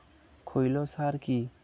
খৈল সার কি?